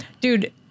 Dude